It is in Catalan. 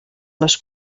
les